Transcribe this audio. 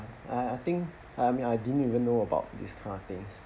uh I think I mean I didn't even know about this kind of things